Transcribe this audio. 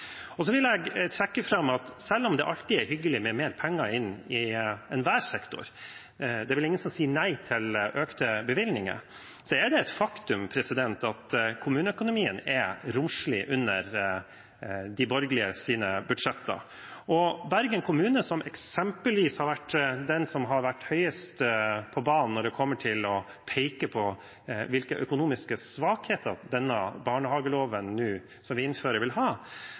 Så vil jeg også trekke fram at selv om det alltid er hyggelig med mer penger inn i enhver sektor – det er vel ingen som sier nei til økte bevilgninger – er det et faktum at kommuneøkonomien er romslig under de borgerliges budsjetter. Når det gjelder Bergen kommune, som eksempelvis har vært den som har vært høyest på banen når det kommer til å peke på hvilke økonomiske svakheter denne barnehageloven vi innfører, vil ha,